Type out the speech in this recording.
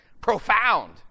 profound